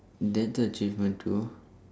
that the achievement too